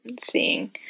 seeing